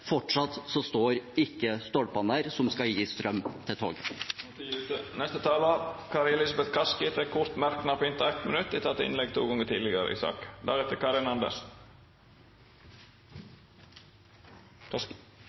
fortsatt står ikke stolpene der som skal gi strøm til toget. Representanten Kari Elisabeth Kaski har hatt ordet to gonger tidlegare og får ordet til ein kort merknad, avgrensa til 1 minutt.